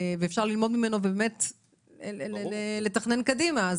ואפשר ללמוד ממנו ולתכנן קדימה.